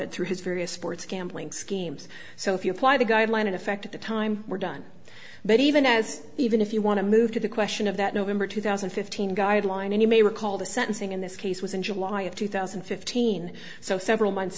fraud through his various sports gambling schemes so if you apply the guideline in effect at the time we're done but even as even if you want to move to the question of that november two thousand and fifteen guideline and you may recall the sentencing in this case was in july of two thousand and fifteen so several months